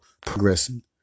progressing